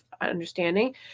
understanding